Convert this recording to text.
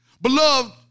Beloved